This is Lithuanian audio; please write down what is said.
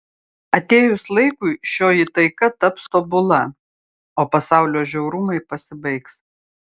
atėjus laikui šioji taika taps tobula o pasaulio žiaurumai pasibaigs